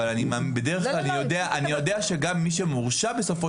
אבל בדרך כלל אני יודע שגם מי שמורשע בסופו